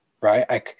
right